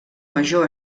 major